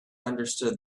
understood